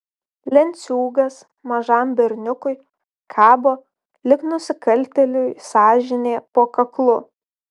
lenciūgas mažam berniukui kabo lyg nusikaltėliui sąžinė po kaklu